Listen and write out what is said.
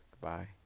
Goodbye